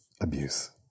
abuse